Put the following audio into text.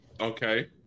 Okay